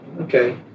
Okay